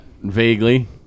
vaguely